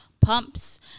pumps